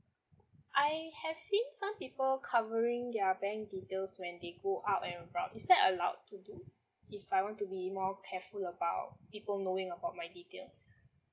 I have seen some people covering their bank details when they go out and around is that allowed to do if I want to be more careful about people knowing about my details